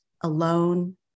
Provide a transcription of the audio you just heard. alone